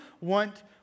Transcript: want